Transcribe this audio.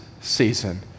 season